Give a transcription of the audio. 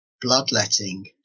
bloodletting